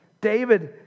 David